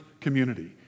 community